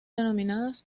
denominadas